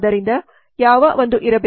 ಆದ್ದರಿಂದ ಯಾವ ಒಂದು ಇರಬೇಕು